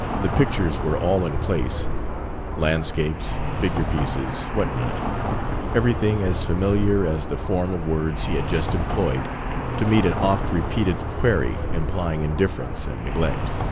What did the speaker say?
the pictures were all in place landscapes, figure-pieces, what not everything as familiar as the form of words he had just employed to meet an oft repeated query implying indifference and neglect.